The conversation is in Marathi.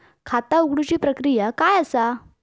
खाता उघडुची प्रक्रिया काय असा?